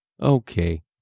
Okay